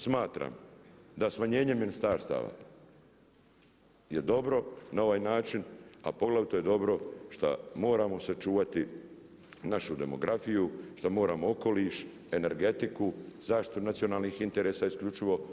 Smatram da smanjenje ministarstava je dobro na ovaj način, a poglavito je dobro šta moramo sačuvati našu demografiju, šta moramo okoliš, energetiku, zaštitu nacionalnih interesa isključivo.